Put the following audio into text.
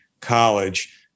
College